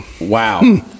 Wow